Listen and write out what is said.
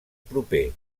proper